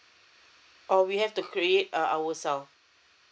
or we have to create ourselves